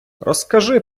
розкажи